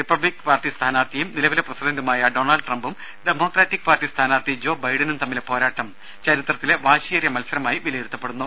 republic Party സ്ഥാനാർത്ഥിയും നിലവിലെ പ്രസിഡണ്ടുമായ ഡൊണാൾഡ് ട്രംപും ഡെമോക്രാറ്റിക് പാർട്ടി സ്ഥാനാർത്ഥി ജോ ബൈഡനും തമ്മിലെ പോരാട്ടം ചരിത്രത്തിലെ വാശിയേറിയ മത്സരമായി വിലയിരുത്തപ്പെടുന്നു